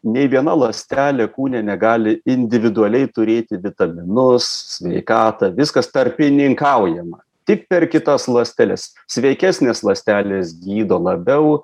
nei viena ląstelė kūne negali individualiai turėti vitaminus sveikatą viskas tarpininkaujama tik per kitas ląsteles sveikesnės ląstelės gydo labiau